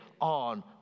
on